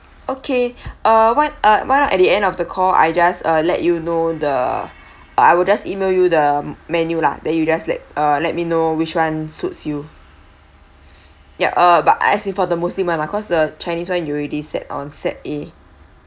okay uh what uh why not at the end of the call I just uh let you know the I will just email you the menu lah then you just let uh let me know which one suits you yup uh but I ask for the muslin one because the chinese one you already set on set A